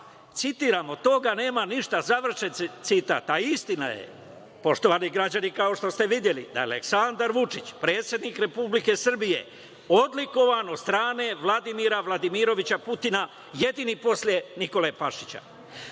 Citiram: „Od toga nema ništa“, završen citat. Istina je, poštovani građani, kao što ste videli, da je Aleksandar Vučić, predsednik Republike Srbije, odlikovan od strane Vladimira Vladimirovića Putina, jedini posle Nikole Pašića.